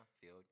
Field